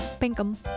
Pinkham